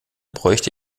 bräuchte